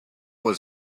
was